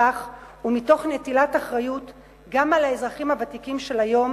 טווח ומתוך נטילת אחריות גם לאזרחים הוותיקים של היום